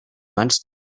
mans